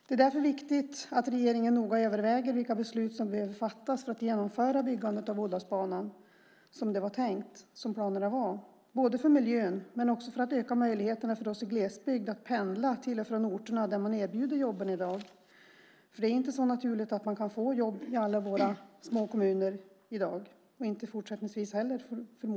Det är därför viktigt att regeringen noga överväger vilka beslut som behöver fattas för att genomföra byggandet av Ådalsbanan som det var tänkt och som planerna var, både för miljön och för att öka möjligheterna för oss i glesbygd att pendla till och från de orter där jobben erbjuds i dag. Det är inte så naturligt att man kan få jobb i alla våra små kommuner i dag och förmodligen inte fortsättningsvis heller.